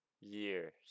years